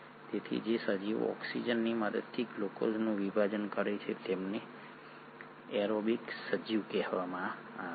તેથી જે સજીવો ઓક્સિજનની મદદથી ગ્લુકોઝનું વિભાજન કરે છે તેમને એરોબિક સજીવ કહેવામાં આવે છે